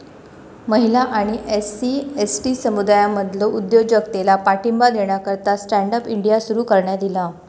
महिला आणि SC, ST समुदायांमधलो उद्योजकतेला पाठिंबा देण्याकरता स्टँड अप इंडिया सुरू करण्यात ईला